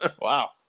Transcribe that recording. Wow